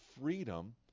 freedom